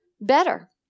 better